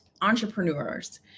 entrepreneurs